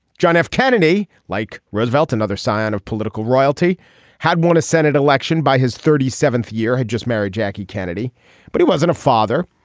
john f. kennedy like roosevelt another scion of political royalty had won a senate election by his thirty seventh year had just married jackie kennedy but he wasn't a father.